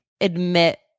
admit